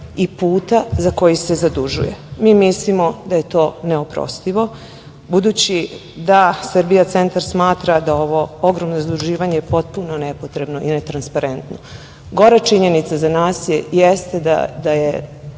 i puta za koji se zadužuje. Mi mislimo da je to neoprostivo budući da Srbija – Centar smatra da ovo ogromno zaduživanje je potpuno nepotrebno i netransparentno. Gora činjenica za nas jeste da je